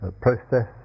Process